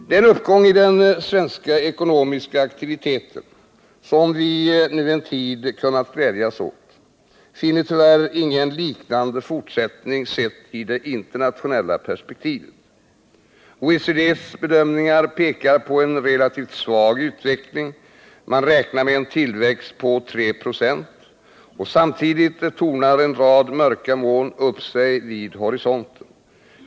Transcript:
Den uppgång i den svenska ekonomiska aktiviteten som vi nu en tid kunnat glädjas åt, finner tyvärr ingen liknande fortsättning sett i det internationella perspektivet. OECD:s bedömningar pekar på en relativt svag utveckling. Man räknar med en tillväxt på 3 96. Samtidigt tornar en rad mörka moln upp sig vid horisonten.